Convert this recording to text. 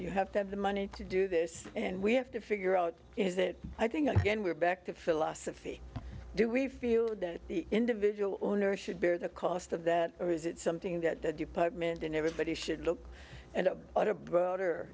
you have to have the money to do this and we have to figure out is it i think again we're back to fill us if we do we feel that the individual owner should bear the cost of that or is it something that the department and everybody should look at what a broader